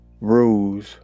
rules